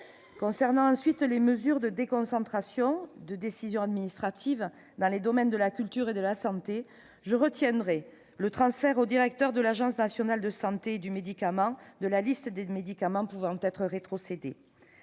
concerne les mesures de déconcentration de la prise des décisions administratives dans les domaines de la culture et de la santé, je retiens le transfert au directeur de l'Agence nationale de sécurité du médicament de la liste des médicaments pouvant être rétrocédés.